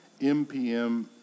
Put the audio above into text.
MPM